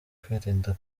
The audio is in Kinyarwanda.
kwirinda